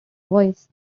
voice